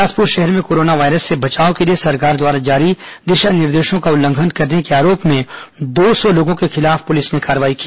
बिलासपुर शहर में corona virus से बचाव के लिए सरकार द्वारा जारी दिशा निर्देशों का उल्लंघन करने के आरोप में दो सौ लोगों के खिलाफ पुलिस ने कार्रवाई की